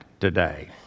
today